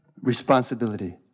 Responsibility